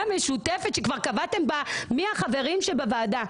משותפת כשכבר קבעתם בה מי החברים שבוועדה.